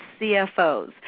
CFOs